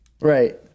right